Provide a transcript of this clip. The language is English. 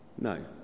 No